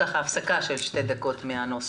הפסקה של שתי דקות מן הנוסח.